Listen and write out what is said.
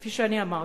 כפי שאמרתי,